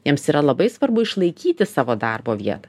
jiems yra labai svarbu išlaikyti savo darbo vietą